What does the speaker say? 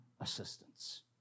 assistance